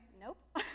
nope